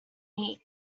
meet